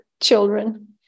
children